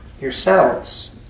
yourselves